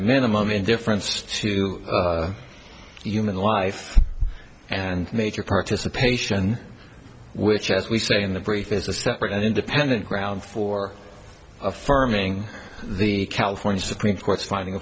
a minimum indifference to human life and major participation which as we say in the brief is a separate and independent grounds for affirming the california supreme court's finding